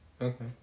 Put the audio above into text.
Okay